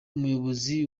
umuyobozi